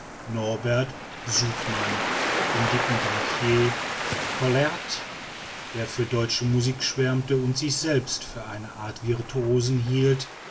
soutman den dicken banquier collaert der für deutsche musik schwärmte und sich selbst für eine art virtuosen hielt